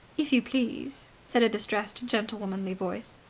if you please! said a distressed gentlewomanly voice.